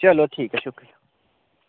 चलो ठीक ऐ शुक्रिया